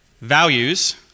values